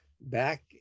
Back